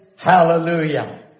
Hallelujah